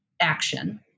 action